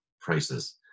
prices